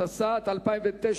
התשס"ט 2009,